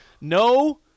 no